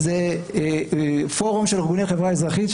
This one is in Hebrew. זה פורום של ארגוני החברה האזרחית,